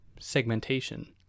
segmentation